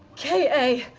k a.